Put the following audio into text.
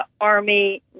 Army